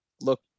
look